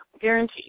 guaranteed